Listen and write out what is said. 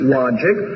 logic